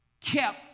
kept